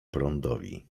prądowi